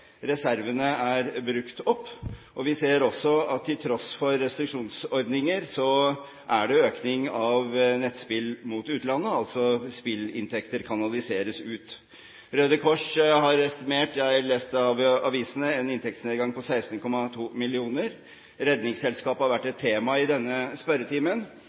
reservene er brukt opp, og vi ser at til tross for restriksjonsordninger er det økning av nettspill mot utlandet, altså at spillinntekter kanaliseres ut. I avisene har jeg lest at Røde Kors har estimert en inntektsnedgang på 16,2 mill. kr. Redningsselskapet har vært et tema i denne spørretimen.